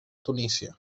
tunísia